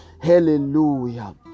Hallelujah